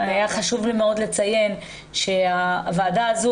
היה חשוב לי מאוד לציין שהוועדה הזו,